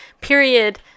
period